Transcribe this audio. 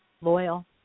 loyal